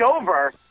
over